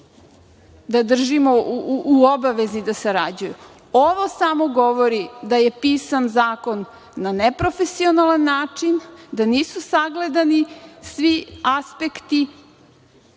da držimo u obavezi da sarađuju. Ovo samo govori da je pisan zakon na neprofesionalan način, da nisu sagledani svi aspekti